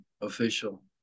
official